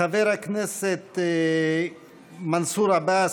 חבר הכנסת מנסור עבאס,